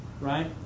Right